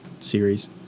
series